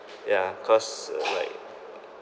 yeah cause it's like